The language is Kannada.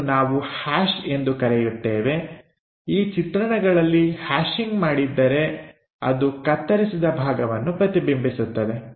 ಇದನ್ನು ನಾವು ಹ್ಯಾಶ್ ಎಂದು ಕರೆಯುತ್ತೇವೆ ಈ ಚಿತ್ರಣಗಳಲ್ಲಿ ಹ್ಯಾಶಿಂಗ್ ಮಾಡಿದ್ದರೆ ಅದು ಕತ್ತರಿಸಿದ ಭಾಗವನ್ನು ಪ್ರತಿಬಿಂಬಿಸುತ್ತದೆ